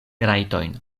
rajtojn